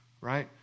right